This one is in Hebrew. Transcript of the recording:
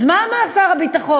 אז מה אמר שר הביטחון?